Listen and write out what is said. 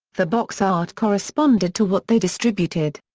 the box art corresponded to what they distributed.